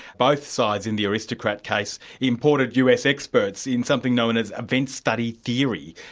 both sides in the aristocrat case imported us experts in something known as event study theory.